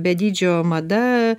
be dydžio mada